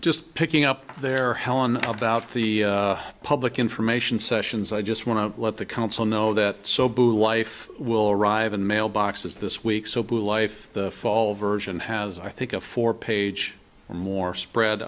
just picking up their hell on about the public information sessions i just want to let the council know that so boo wife will arrive in mailboxes this week so blue life the fall version has i think a four page or more spread